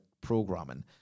programming